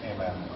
Amen